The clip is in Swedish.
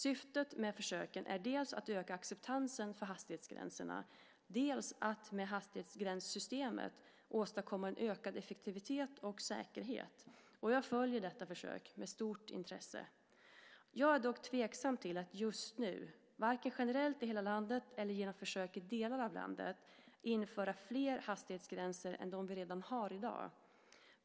Syftet med försöken är dels att öka acceptansen för hastighetsgränserna, dels att med hastighetsgränssystemet åstadkomma en ökad effektivitet och säkerhet. Jag följer detta försök med stort intresse. Jag är dock tveksam till att just nu, varken generellt i hela landet eller genom försök i delar av landet, införa fler hastighetsgränser än dem vi redan har i dag.